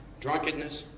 drunkenness